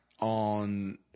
on